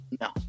No